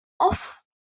off